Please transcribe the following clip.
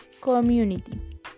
community